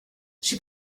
she